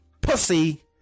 Pussy